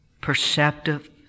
perceptive